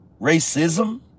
Racism